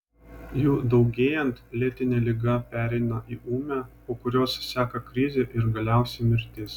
jų daugėjant lėtinė liga pereina į ūmią po kurios seka krizė ir galiausiai mirtis